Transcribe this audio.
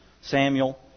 Samuel